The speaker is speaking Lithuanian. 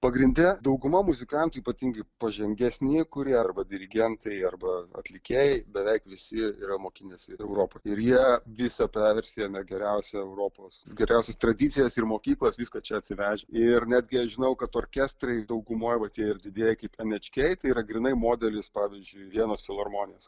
pagrinde dauguma muzikantų ypatingai pažengesni kurie arba dirigentai arba atlikėjai beveik visi yra mokinęsi europoje ir jie visą tą versiją geriausią europos geriausias tradicijas ir mokyklas viską čia atsivežę ir netgi aš žinau kad orkestrai daugumoj va tie ir didieji kaip enečkei tai yra grynai modelis pavyzdžiui vienos filharmonijos